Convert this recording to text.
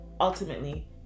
ultimately